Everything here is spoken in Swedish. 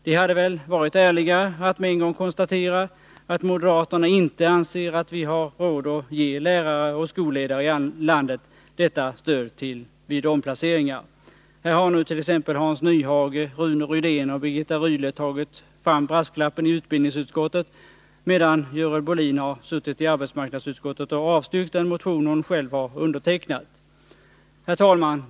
Det hade väl varit ärligare att med en gång konstatera att moderaterna inte anser att vi har råd att ge lärare och skolledare i landet detta stöd vid omplaceringar. Här har nu t.ex. Hans Nyhage, Rune Rydén och Birgitta Rydle tagit fram brasklappen i utbildningsutskottet, medan Görel Bohiin har suttit i arbetsmarknadsutskottet och avstyrkt den motion som hon själv har undertecknat. Herr talman!